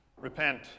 repent